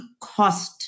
cost